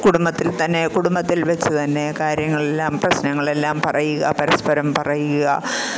കുടുംബത്തില്ത്തന്നെ കുടുംബത്തില് വെച്ചുതന്നെ കാര്യങ്ങളെല്ലാം പ്രശ്നങ്ങളെല്ലാം പറയുക പരസ്പരം പറയുക